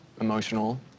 emotional